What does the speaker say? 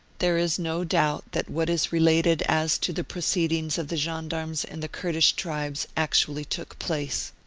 there is no doubt that what is related as to the proceedings of the gendarmes and the kurdish tribes actually took place.